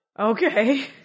Okay